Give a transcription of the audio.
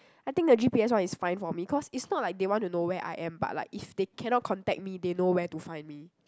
I think the G_P_S one is fine for me cause it's not like they want to know where I am but like if they cannot contact me they know where to find me